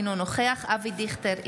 אינו נוכח אבי דיכטר,